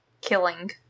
killing